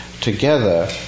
together